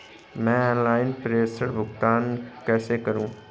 मैं ऑनलाइन प्रेषण भुगतान कैसे करूँ?